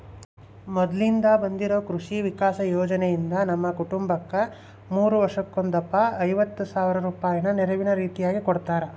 ಮೊದ್ಲಿಂದ ಬಂದಿರೊ ಕೃಷಿ ವಿಕಾಸ ಯೋಜನೆಯಿಂದ ನಮ್ಮ ಕುಟುಂಬಕ್ಕ ಮೂರು ವರ್ಷಕ್ಕೊಂದಪ್ಪ ಐವತ್ ಸಾವ್ರ ರೂಪಾಯಿನ ನೆರವಿನ ರೀತಿಕೊಡುತ್ತಾರ